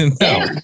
No